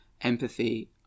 empathy